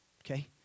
Okay